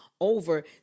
over